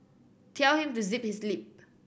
tell him to zip his lip